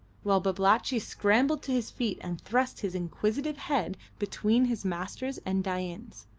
while babalatchi scrambled to his feet and thrust his inquisitive head between his master's and dain's.